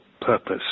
purpose